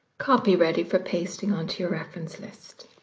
copy ready for pasting onto your reference list.